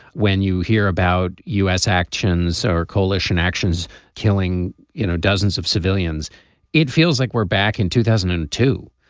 when you hear about u s. actions or coalition actions killing you know dozens of civilians it feels like we're back in two thousand and two.